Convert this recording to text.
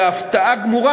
בהפתעה גמורה.